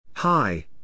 Hi